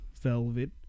velvet